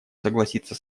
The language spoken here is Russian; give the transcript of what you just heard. согласиться